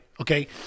Okay